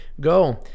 go